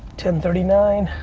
ten thirty nine,